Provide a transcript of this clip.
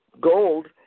Gold